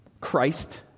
Christ